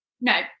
No